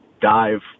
dive